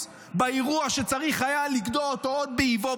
באירוע שצריך היה לגדוע אותו עוד באיבו,